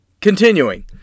Continuing